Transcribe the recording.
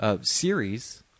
series